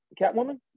Catwoman